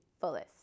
fullest